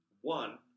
one